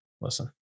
listen